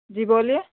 جی بولیے